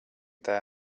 their